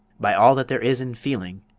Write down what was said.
by all that there is in feeling,